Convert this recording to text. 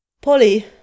Polly